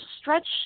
stretch